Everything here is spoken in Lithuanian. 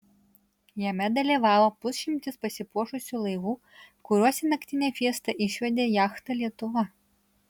jame dalyvavo pusšimtis pasipuošusių laivų kuriuos į naktinę fiestą išvedė jachta lietuva